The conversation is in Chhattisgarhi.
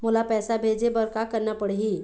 मोला पैसा भेजे बर का करना पड़ही?